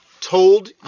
told